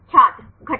छात्र घटना